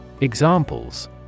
Examples